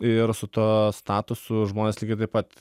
ir su tuo statusu žmonės lygiai taip pat